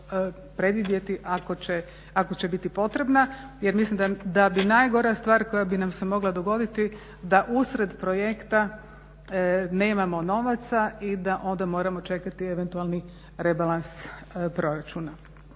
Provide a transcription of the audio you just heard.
predvidjeti ako će biti potrebna, jer mislim da bi najgora stvar koja bi nam se mogla dogoditi da usred projekta nemamo novaca i da onda moramo čekati eventualni rebalans proračuna.